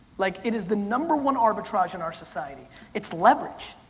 like it is the number one arbitrage in our society it's leverage.